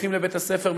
הולכים לבית-הספר,